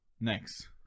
next